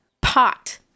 pot